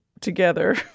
together